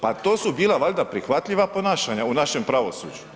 Pa to su bila valjda prihvatljiva ponašanja u našem pravosuđu.